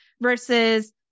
versus